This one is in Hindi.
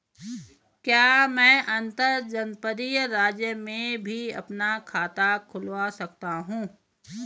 क्या मैं अंतर्जनपदीय राज्य में भी अपना खाता खुलवा सकता हूँ?